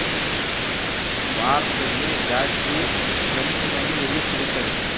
ಭಾರತದಲ್ಲಿ ಜಾಸ್ತಿ ಕೆಂಪು ಮಣ್ಣು ಎಲ್ಲಿ ಸಿಗುತ್ತದೆ?